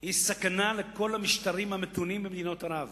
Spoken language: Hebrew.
היא סכנה לכל המשטרים המתונים במדינות ערב,